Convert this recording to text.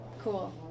Cool